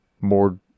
more